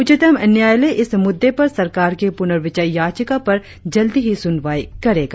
उच्चतम न्यायालय इस मुद्दे पर सरकार की पुनर्विचार याचिका पर जल्दी ही सुनवाई करेगा